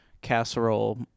casserole